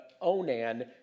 Onan